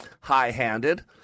High-handed